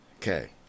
okay